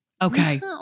Okay